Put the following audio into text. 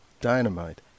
dynamite